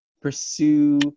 pursue